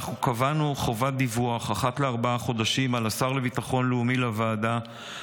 קבענו חובת דיווח אחת לארבעה חודשים על השר לביטחון לאומי לוועדה,